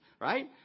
right